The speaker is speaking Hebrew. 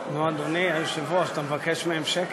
אדוני היושב-ראש, אתה מבקש מהם שקט?